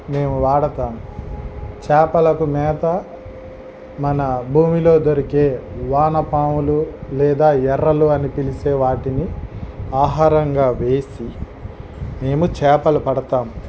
మేము వాడతాం చేపలకు మేత మన భూమిలో దొరికే వానపాములు లేదా ఎర్రలు అని పిలిచే వాటిని ఆహారంగా వేసి మేము చేపలు పడతాం